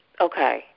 Okay